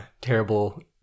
terrible